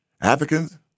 Africans